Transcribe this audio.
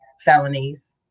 felonies